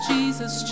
Jesus